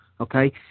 okay